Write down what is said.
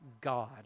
God